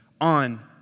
on